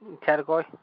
category